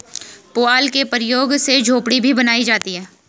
पुआल के प्रयोग से झोपड़ी भी बनाई जाती है